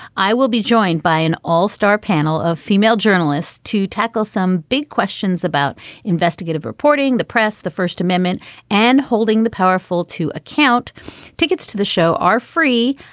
i will be joined by an all star panel of female journalists to tackle some big questions about investigative reporting the press the first amendment and holding the powerful to account tickets to the show are free.